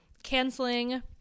canceling